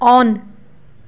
on